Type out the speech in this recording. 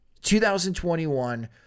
2021